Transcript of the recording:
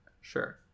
Sure